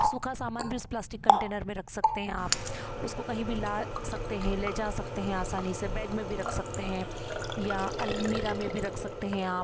सूखा सामान भी उस प्लास्टिक कंटेनर में रख सकते हैं आप उसको कहीं भी ला सकते हैं ले जा सकते हैं आसानी से बैग में भी रख सकते हैं या अलमीरा में भी रख सकते हैं आप